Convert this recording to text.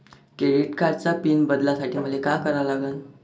Credit कार्डाचा pin बदलासाठी मले का करा लागन?